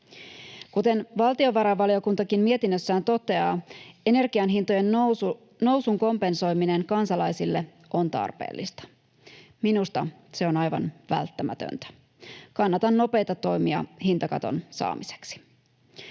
Kuten valtiovarainvaliokuntakin mietinnössään toteaa, energian hintojen nousun kompensoiminen kansalaisille on tarpeellista. Minusta se on aivan välttämätöntä. Kannatan nopeita toimia hintakaton saamiseksi.